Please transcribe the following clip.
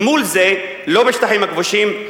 אל מול זה, לא בשטחים הכבושים,